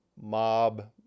mob